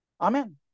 amen